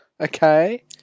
okay